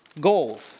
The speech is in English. Gold